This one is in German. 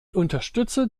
unterstütze